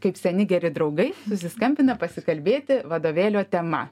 kaip seni geri draugai susiskambina pasikalbėti vadovėlio tema